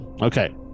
Okay